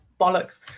bollocks